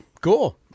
Cool